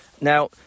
Now